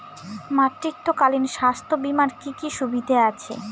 মাতৃত্বকালীন স্বাস্থ্য বীমার কি কি সুবিধে আছে?